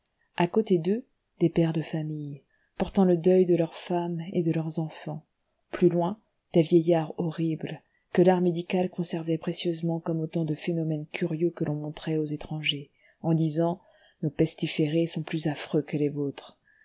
à côté d'eux des pères de famille portant le deuil de leurs femmes et de leurs enfants plus loin des vieillards horribles que l'art médical conservait précieusement comme autant de phénomènes curieux que l'on montrait aux étrangers en disant nos pestiférés sont plus affreux que les vôtres